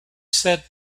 said